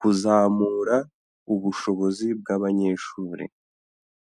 kuzamura ubushobozi bw'abanyeshuri.